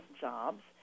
jobs